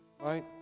right